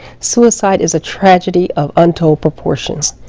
suicide is a tragedy of untold proportions,